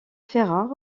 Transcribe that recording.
ferrat